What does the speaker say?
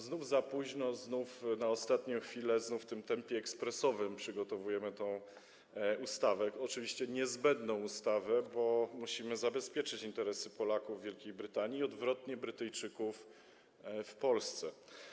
Znów za późno, znów na ostatnią chwilę, znów w tempie ekspresowym przygotowujemy tę ustawę, oczywiście niezbędną ustawę, bo musimy zabezpieczyć interesy Polaków w Wielkiej Brytanii i odwrotnie - Brytyjczyków w Polsce.